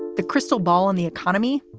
the crystal ball on the economy,